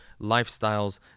lifestyles